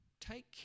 take